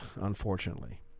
unfortunately